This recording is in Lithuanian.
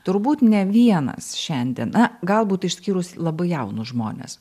turbūt ne vienas šiandien na galbūt išskyrus labai jaunus žmones